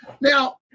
now